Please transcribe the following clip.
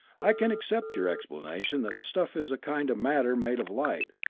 i can accept your explanation that the stuff is a kind of matter made of light,